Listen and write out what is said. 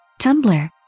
Tumblr